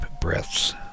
breaths